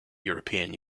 european